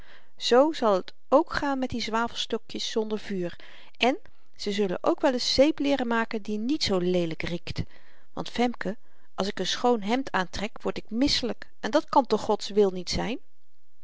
z zal t ook gaan met die zwavelstokjes zonder vuur en ze zullen ook wel eens zeep leeren maken die niet zoo leelyk riekt want femke als ik n schoon hemd aantrek word ik misselyk en dat kan toch gods wil niet zyn